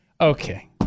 Okay